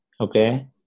Okay